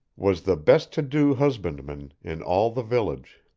was the best-to-do husbandman in all the village.